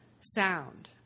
sound